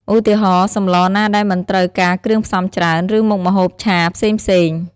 ឧទាហរណ៍ សម្លរណាដែលមិនត្រូវការគ្រឿងផ្សំច្រើន ឬមុខម្ហូបឆាផ្សេងៗ ។